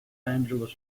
angeles